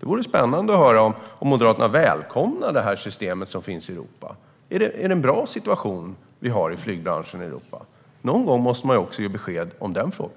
Det vore spännande att höra om Moderaterna välkomnar detta system i Europa. Har vi en bra situation i flygbranschen i Europa? Någon gång måste man ge besked också i den frågan.